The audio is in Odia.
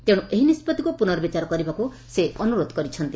ତେଣୁ ଏହି ନିଷ୍ବଭିକୁ ପୁନର୍ବିଚାର କରିବାକୁ ସେ ଅନୁରୋଧ କରିଛନ୍ତି